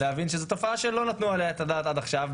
להבין שזאת תופעה שלא נתנו עליה את הדעת עד עכשיו,